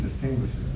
distinguishes